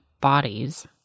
bodies